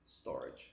storage